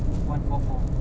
one four four